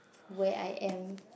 where I am